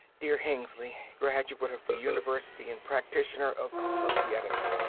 dear hengly, graduate of the university and practitioner of societics.